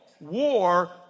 war